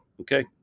okay